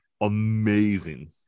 amazing